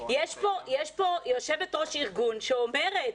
יושבת ראש ארגון אומרת,